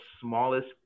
smallest